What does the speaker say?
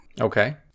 okay